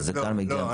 לא.